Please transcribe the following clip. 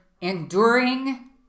enduring